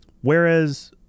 Whereas